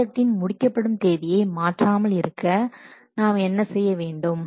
ப்ராஜெக்டின் முடிக்கப்படும் தேதியை மாற்றாமல் இருக்க நாம் என்ன செய்ய வேண்டும்